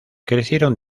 crecieron